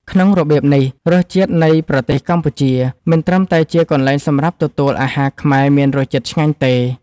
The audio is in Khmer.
ក្នុងរបៀបនេះ រសជាតិនៃប្រទេសកម្ពុជា មិនត្រឹមតែជាកន្លែងសម្រាប់ទទួលអាហារខ្មែរមានរសជាតិឆ្ងាញ់ទេ